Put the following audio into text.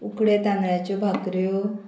उकडे तांदळाच्यो भाकऱ्यो